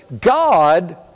God